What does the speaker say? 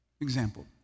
Example